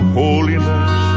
holiness